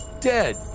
Dead